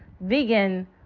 vegan